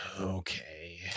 Okay